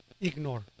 Ignore